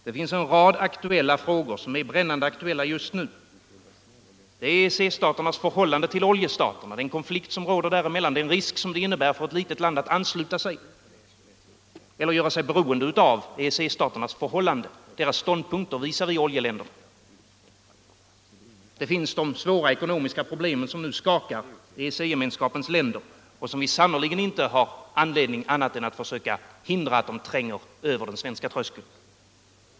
Det finns en rad frågor som är brännande aktuella just nu. Det är EEC-staternas förhållanden till oljestaterna, den konflikt som råder dem emellan, den risk som det innebär för ett litet land att ansluta sig till eller göra sig beroende av EEC-staternas ståndpunkter visavi oljeländerna. Det finns de svåra ekonomiska problemen som nu skakar EEC-gemenskapens länder och som vi sannerligen inte har anledning annat än försöka hindra att de tränger över den svenska tröskeln.